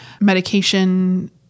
medication